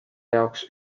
jaoks